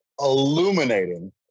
illuminating